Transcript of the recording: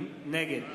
נגד